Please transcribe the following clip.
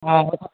अँ